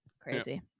crazy